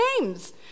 names